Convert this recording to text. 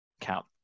count